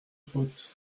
faute